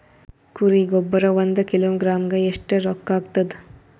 ಕುರಿ ಗೊಬ್ಬರ ಒಂದು ಕಿಲೋಗ್ರಾಂ ಗ ಎಷ್ಟ ರೂಕ್ಕಾಗ್ತದ?